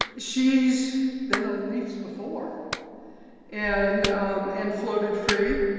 she's been on reefs before and um and floated free.